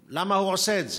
למה הוא עושה את זה?